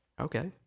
Okay